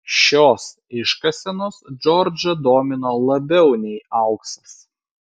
šios iškasenos džordžą domino labiau nei auksas